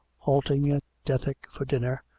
halting at dethick for dinner,